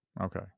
Okay